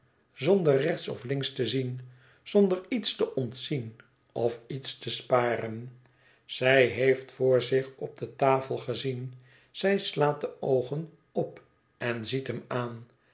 zonder rechts of links te zien zonder iets te ontzien of iets te sparen zij heeft voor zich op de tafel gezien zij slaat de oogen op en ziet hem aan